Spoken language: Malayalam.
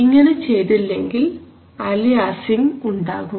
ഇങ്ങനെ ചെയ്തില്ലെങ്കിൽ അലിയാസിങ് ഉണ്ടാകും